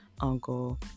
uncle